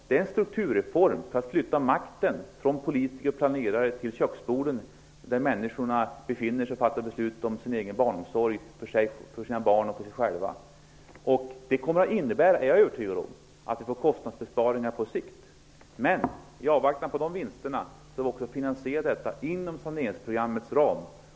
Det är en strukturreform för att flytta makten från politiker och planerare till köksborden, där människorna skall fatta beslut om sin egen barnomsorg och om försäkringar för sina barn och sig själva. Jag är övertygad om att det kommer att innebära att vi får kostnadsbesparingar på sikt. Men i avvaktan på de vinsterna har vi också finansierat detta inom saneringsprogrammets ram.